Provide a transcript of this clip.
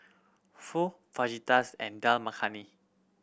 Pho Fajitas and Dal Makhani